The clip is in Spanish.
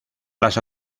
las